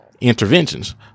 interventions